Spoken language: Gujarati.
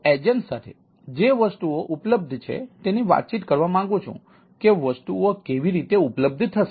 હું એજન્ટ સાથે જે વસ્તુઓ ઉપલબ્ધ છે તેની વાતચીત કરવા માંગુ છું કે વસ્તુઓ કેવી રીતે ઉપલબ્ધ થશે